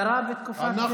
קרה בתקופת,